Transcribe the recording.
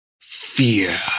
Fear